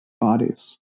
bodies